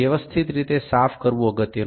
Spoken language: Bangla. সুতরাং এটি সঠিকভাবে পরিষ্কার করা গুরুত্বপূর্ণ